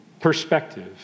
perspective